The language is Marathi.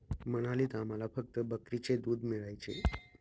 मनालीत आम्हाला फक्त बकरीचे दूध मिळायचे